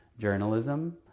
journalism